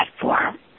platform